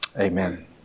Amen